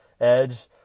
edge